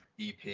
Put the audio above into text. ep